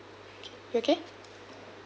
okay you okay